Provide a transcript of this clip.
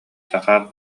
захар